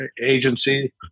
Agency